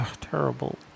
terrible